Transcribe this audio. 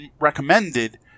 recommended